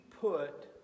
put